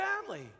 family